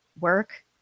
work